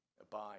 Abide